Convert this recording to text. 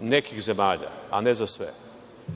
nekih zemalja, a ne za sve? Zašto